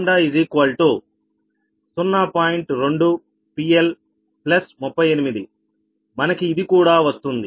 2 PL 38 మనకి ఇది కూడా వస్తుంది